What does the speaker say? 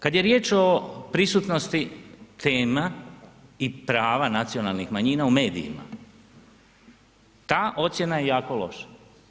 Kad je riječ o prisutnosti tema i prava nacionalnih manjina u medijima, ta ocjena je jako loša.